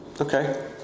okay